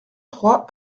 trois